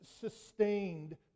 sustained